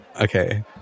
okay